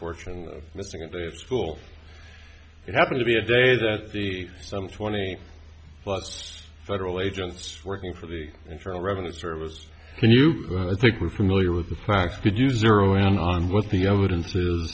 fortune of missing a day of school it happened to be a day that the some twenty plus federal agents working for the internal revenue service can you think were familiar with the fact you do zero in on what the evidence is